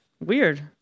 Weird